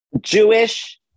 Jewish